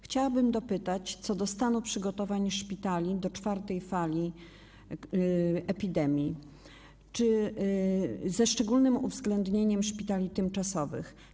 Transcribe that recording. Chciałabym dopytać o stan przygotowań szpitali do czwartej fali epidemii, ze szczególnym uwzględnieniem szpitali tymczasowych.